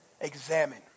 examine